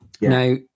Now